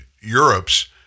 Europe's